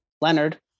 Leonard